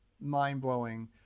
mind-blowing